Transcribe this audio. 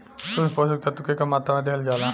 सूक्ष्म पोषक तत्व के कम मात्रा में दिहल जाला